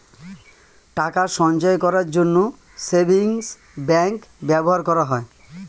টাকা সঞ্চয় করার জন্য সেভিংস ব্যাংক ব্যবহার করা হয়